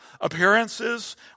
appearances